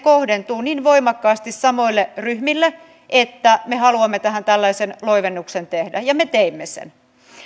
kohdentuvat niin voimakkaasti samoille ryhmille että me haluamme tähän tällaisen loivennuksen tehdä ja me teimme sen